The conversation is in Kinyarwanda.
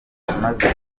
amaze